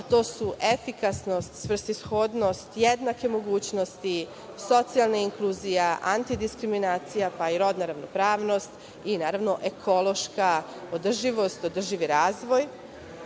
a to su efikasnost, svrsishodnost, jednake mogućnosti, socijalna inkluzija, antidiskriminacija, pa i rodna ravnopravnost i, naravno, ekološka održivost, održivi razvoj. Sve